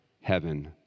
heaven